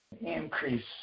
increase